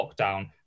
lockdown